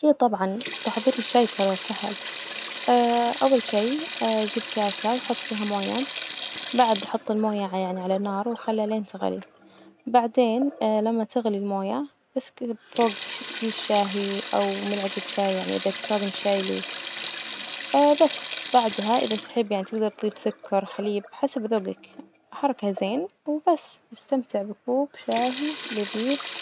إيه طبعا تحضير الشاي ترى سهل أول شي جيب كاسة وحط فيها موية، بعد أحط الموية يعني على نار وأخليها لين تغلي، بعدين لما تغلي الموية بس ك- صب فوق كيس شاهي أو ملعجة شاي يعني إذا تستخدم شاي لوز بس، بعدها إذا تحب يعني تجدر تضيف سكر، حليب حسب ذوجك، حركه زين وبس إستمتع بكوب شاهي لذيذ.